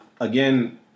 again